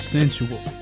Sensual